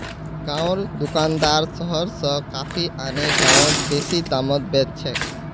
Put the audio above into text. गांउर दुकानदार शहर स कॉफी आने गांउत बेसि दामत बेच छेक